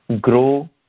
Grow